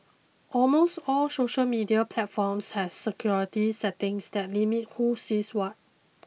almost all social media platforms have security settings that limit who sees what